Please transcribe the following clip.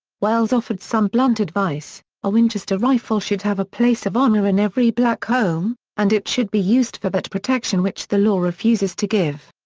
wells offered some blunt advice a winchester rifle should have a place of honor in every black home, and it should be used for that protection which the law refuses to give.